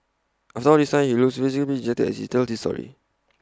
after all this time he still looks visibly dejected as he tells this story